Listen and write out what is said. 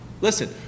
Listen